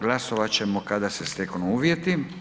Glasovat ćemo kada se steknu uvjeti.